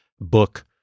book